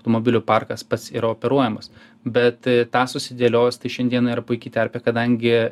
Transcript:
tomobilių parkas pats yra operuojamas bet tą susidėliojus tai šiandieną yra puiki terpė kadangi